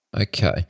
Okay